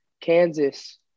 Kansas –